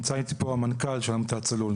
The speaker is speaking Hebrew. ונמצא איתי פה המנכ"ל של עמותת צלול,